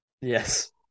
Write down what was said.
Yes